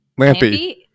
Lampy